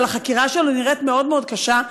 אבל החקירה שלו נראית מאוד מאוד קשה,